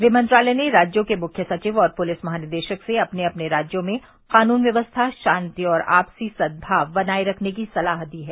गृह मंत्रालय ने राज्यों के मुख्य सचिव और पुलिस महानिदेशक से अपने अपने राज्यों में कानून व्यवस्था शांति और आपसी सद्भाव बनाए रखने की सलाह दी है